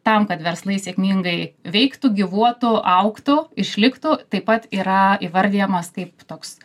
tam kad verslai sėkmingai veiktų gyvuotų augtų išliktų taip pat yra įvardijamas kaip toks